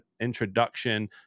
introduction